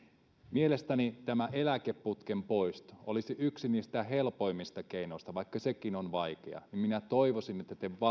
mielestäni tämä eläkeputken poisto olisi yksi niistä helpoimmista keinoista vaikka sekin on vaikea minä toivoisin että te